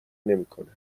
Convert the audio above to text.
نمیکنه